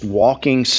walking